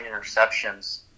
interceptions